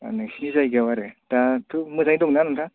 नोंसिनि जायगायाव आरो दाथ' मोजाङै दंना नोंथां